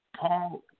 Paul